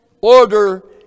order